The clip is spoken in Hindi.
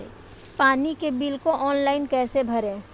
पानी के बिल को ऑनलाइन कैसे भरें?